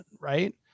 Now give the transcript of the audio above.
Right